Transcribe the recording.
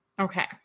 Okay